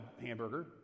hamburger